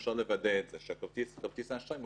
מפעילות המון בקרות כדי לוודא שזה קורה.